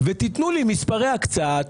ותנו לי מספרי הקצאה,